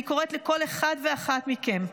אני קוראת לכל אחד ואחת מכם,